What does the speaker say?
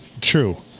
True